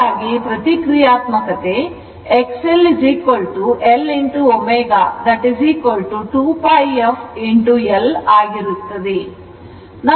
ಹಾಗಾಗಿ ಪ್ರತಿ ಕ್ರಿಯಾತ್ಮಕತೆ X LL ω2πf L ಆಗಿರುತ್ತದೆ